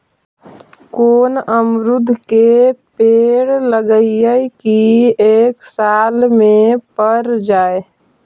कोन अमरुद के पेड़ लगइयै कि एक साल में पर जाएं?